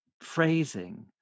phrasing